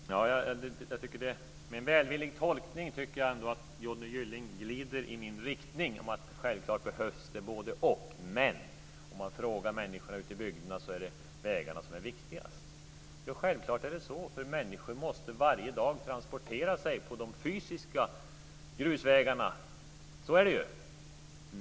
Fru talman! Med en välvillig tolkning tycker jag ändå att Johnny Gylling glider in i min riktning, att det självklart behövs både-och, men om man frågar människorna ute i bygderna är det vägarna som är viktigast. Och självklart är det så, för människor måste varje dag transportera sig på de fysiska grusvägarna, så är det ju.